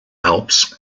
alps